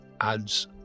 adds